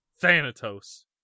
Thanatos